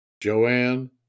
Joanne